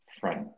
front